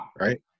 right